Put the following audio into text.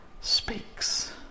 speaks